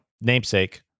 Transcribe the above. namesake